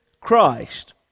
Christ